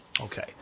Okay